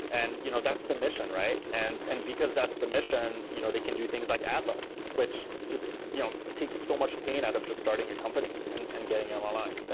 and you know that's the mission, right? and and because that's the mission, you know they can do things like atlas, which just you know takes so much pain out of just starting a company and and getting them online.